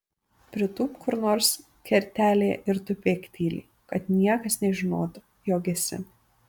pritūpk kur nors kertelėje ir tupėk tyliai kad niekas nežinotų jog esi